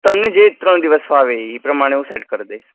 તમને જે ત્રણ દિવસ ફાવે એ પ્રમાણે હું સેટ કરી દઇશ